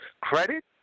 credit